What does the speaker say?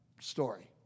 story